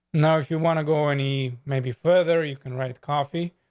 now, if you want to go any, maybe further, you can write coffee.